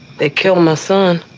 they killed my son.